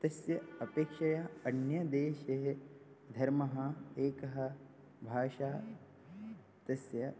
तस्य अपेक्षया अन्यदेशे धर्मः एकः भाषा तस्य